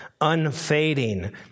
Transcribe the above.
unfading